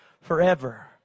forever